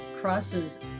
crosses